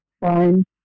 fine